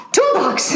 Toolbox